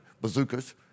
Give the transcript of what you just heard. bazookas